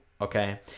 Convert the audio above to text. Okay